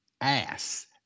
ass